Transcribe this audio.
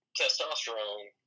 testosterone